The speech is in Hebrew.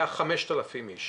היה 5,000 אנשים.